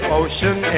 ocean